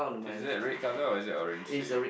is it a red colour or is it orange to you